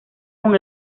con